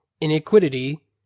iniquity